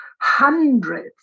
hundreds